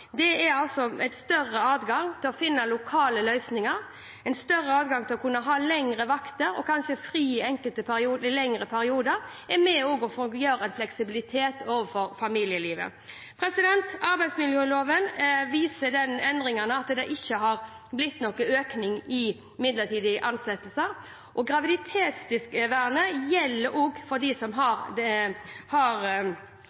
er en større adgang til å finne lokale løsninger, en større adgang til å kunne ha lengre vakter og kanskje fri i lengre perioder, og dette er også med på å skape fleksibilitet for familielivet. Når det gjelder endringen i arbeidsmiljøloven, viser den at det ikke har blitt noen økning i midlertidige ansettelser, og graviditetsvernet gjelder også for dem som